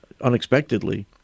unexpectedly